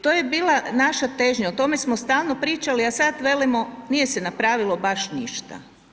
To je bila naša težnja o tome smo stalno pričali, a sad velimo nije se napravilo baš ništa.